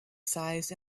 size